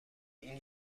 gegen